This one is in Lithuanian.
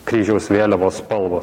kryžiaus vėliavos spalvos